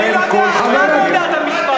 אתה לא יודע את המספרים, לך תלמד, לך תלמד.